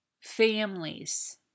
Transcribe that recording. families